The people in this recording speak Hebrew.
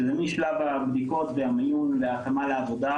שזה משלב הבדיקות והמיון להקמה לעבודה,